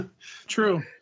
True